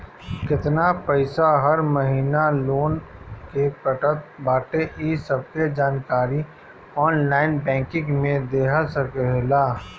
केतना पईसा हर महिना लोन के कटत बाटे इ सबके जानकारी ऑनलाइन बैंकिंग में देहल रहेला